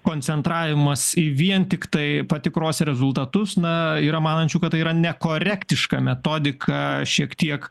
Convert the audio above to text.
koncentravimas į vien tiktai patikros rezultatus na yra manančių kad tai yra nekorektiška metodika šiek tiek